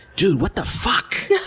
dude, what the fuck!